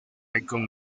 haakon